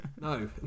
No